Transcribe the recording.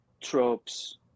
tropes